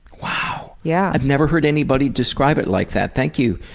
wow. yeah i've never heard anybody describe it like that. thank you.